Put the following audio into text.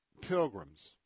pilgrims